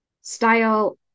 Style